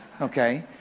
Okay